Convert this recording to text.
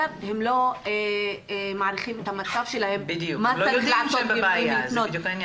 הם יותר לא מעריכים את המצב שלהם מה צריך לעשות ולמי לפנות.